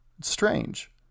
Strange